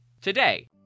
today